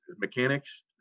mechanics